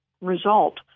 result